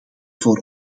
voor